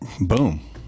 boom